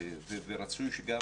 ורצוי שגם